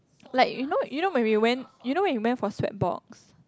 like you know you know when we went you know when we went for sweat box